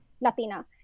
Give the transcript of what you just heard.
Latina